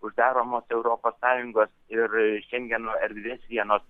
uždaromos europos sąjungos ir šengeno erdvės vienos